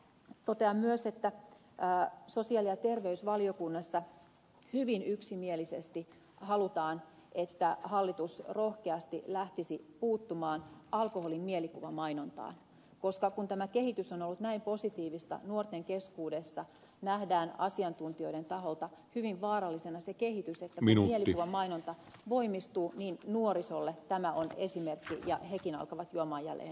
totean myös että sosiaali ja terveysvaliokunnassa hyvin yksimielisesti halutaan että hallitus rohkeasti lähtisi puuttumaan alkoholin mielikuvamainontaan koska kun tämä kehitys on ollut näin positiivista nuorten keskuudessa nähdään asiantuntijoiden taholta hyvin vaarallisena se kehitys että kun mielikuvamainonta voimistuu nuorisolle tämä on esimerkki ja hekin alkavat juoda jälleen enemmän